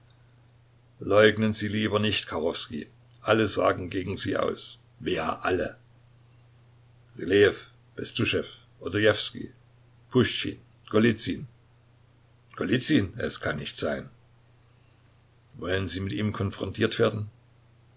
leugnen sie lieber nicht kachowskij alle sagen gegen sie aus wer alle rylejew bestuschew odojewskij puschtschin golizyn golizyn es kann nicht sein wollen sie mit ihm konfrontiert werden